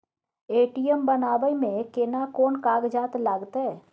ATM बनाबै मे केना कोन कागजात लागतै?